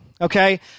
okay